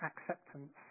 acceptance